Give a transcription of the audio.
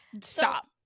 stop